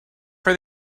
for